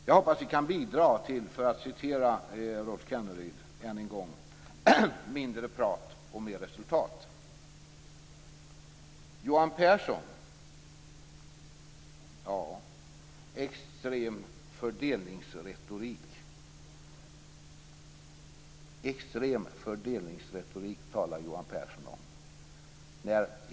Jag hoppas att vi kan bidra till - för att än en gång citera Rolf Johan Pehrson talar om extrem fördelningsretorik.